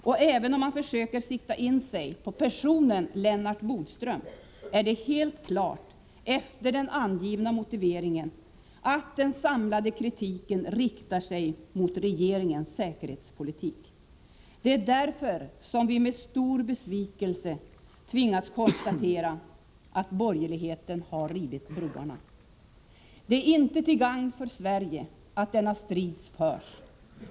Och även om man försöker sikta in sig på personen Lennart Bodström är det helt klart, efter den angivna motiveringen, att den samlade kritiken riktar sig mot regeringens säkerhetspolitik. Det är därför som vi med stor besvikelse tvingats konstatera att borgerligheten har rivit broarna. Det är inte till gagn för Sverige att denna strid förs.